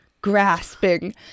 Grasping